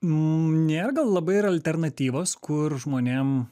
nėra gal labai ir alternatyvos kur žmonėm